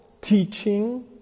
teaching